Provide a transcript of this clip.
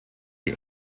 die